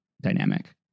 dynamic